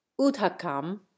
udhakam